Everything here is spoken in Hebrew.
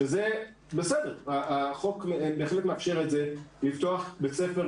שזה בסדר, החוק בהחלט מאפשר לפתוח בית ספר